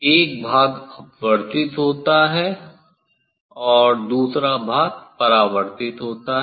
एक भाग अपवर्तित होता है और दूसरा भाग परावर्तित होता है